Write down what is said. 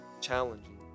challenging